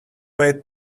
way